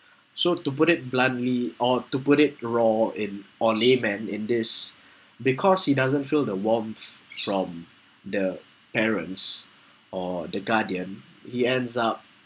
so to put it bluntly or to put it raw in only man in this because he doesn't feel the warmth from the parents or the guardian he ends up